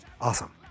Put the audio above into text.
awesome